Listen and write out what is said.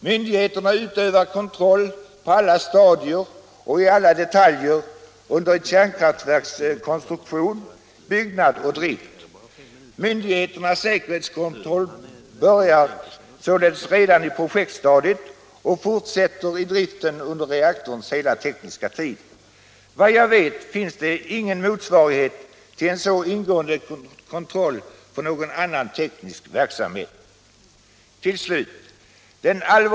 Myndigheterna utövar kontroll på alla stadier och i alla detaljer under ett kärnkraftverks konstruktion, byggnad och drift. Myndigheternas säkerhets kontroll börjar således redan i projektstadiet och fortsätter i driften under reaktorns hela tekniska tid. Vad jag vet finns det ingen motsvarighet till en så ingående kontroll för annan teknisk verksamhet. Till slut.